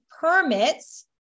permits